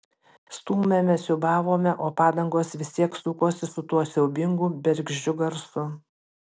stūmėme siūbavome o padangos vis tiek sukosi su tuo siaubingu bergždžiu garsu